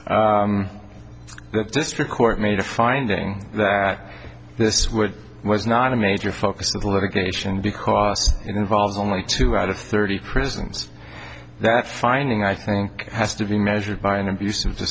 the district court made a finding that this would was not a major focus of the litigation because it involves only two out of thirty prisons that finding i think has to be measured by an abus